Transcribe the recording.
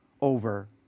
over